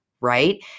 right